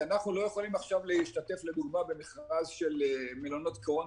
אנחנו לא יכולים עכשיו להשתתף לדוגמה במכרז של מלונות קורונה,